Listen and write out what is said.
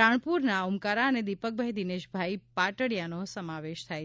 રાણપૂરના ઓમકારા અને દીપકભાઇ દિનેશભાઇ પાટડિયા સમાવેશ થાય છે